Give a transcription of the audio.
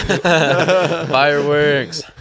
Fireworks